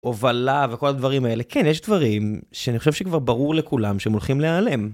הובלה וכל הדברים האלה. כן, יש דברים שאני חושב שכבר ברור לכולם שהם הולכים להיעלם.